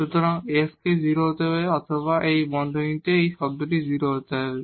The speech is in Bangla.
সুতরাং x কে 0 হতে হবে অথবা এই বন্ধনীতে এই টার্মটি 0 হতে হবে